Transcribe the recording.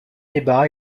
débat